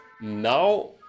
now